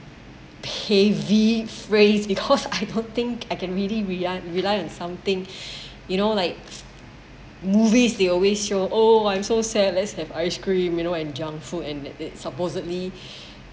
heavy phrase because I don't think I can really rely rely on something you know like movies they always show oh I'm so sad let's have ice cream you know and junk food and that supposedly